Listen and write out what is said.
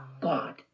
God